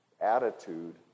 attitude